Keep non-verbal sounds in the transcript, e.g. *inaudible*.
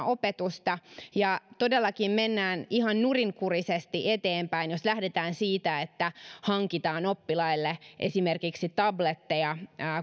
*unintelligible* opetusta todellakin mennään ihan nurinkurisesti eteenpäin jos lähdetään siitä että hankitaan oppilaille esimerkiksi tabletteja